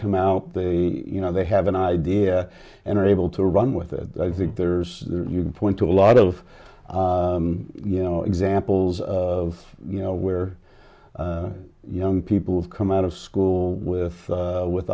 come out they you know they have an idea and are able to run with it and i think there's you can point to a lot of you know examples of you know where young people have come out of school with with